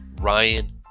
Ryan